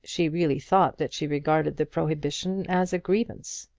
she really thought that she regarded the prohibition as a grievance.